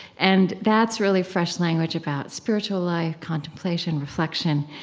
and that's really fresh language about spiritual life, contemplation, reflection.